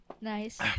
Nice